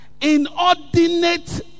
inordinate